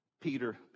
peter